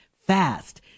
fast